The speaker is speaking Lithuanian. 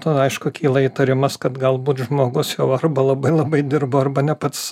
to aišku kyla įtarimas kad galbūt žmogus jau arba labai labai dirbo arba ne pats